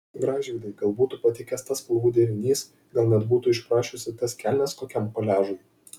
gražvydai gal būtų patikęs tas spalvų derinys gal net būtų išprašiusi tas kelnes kokiam koliažui